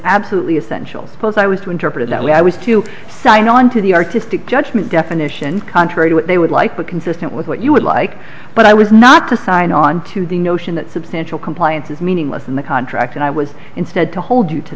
absolutely essential both i was to interpret it that way i was to sign on to the artistic judgment definition contrary to what they would like but consistent with what you would like but i was not to sign on to the notion that substantial compliance is meaningless in the contract and i was instead to hold you to